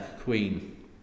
queen